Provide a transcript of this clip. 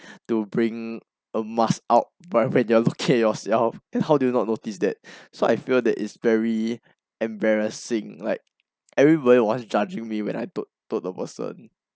to bring a mask out but when you look at yourself and how do you not notice that so I feel that it's very embarrassing like everybody was judging me when I told told the person